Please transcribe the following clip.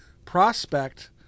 prospect